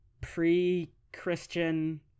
pre-Christian